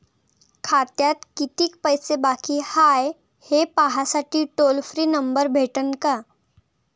खात्यात कितीकं पैसे बाकी हाय, हे पाहासाठी टोल फ्री नंबर भेटन का?